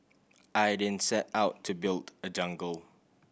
I didn't set out to build a jungle